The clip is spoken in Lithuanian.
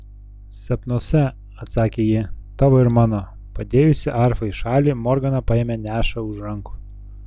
sapnuose atsakė ji tavo ir mano padėjusi arfą į šalį morgana paėmė nešą už rankų